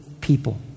people